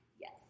Yes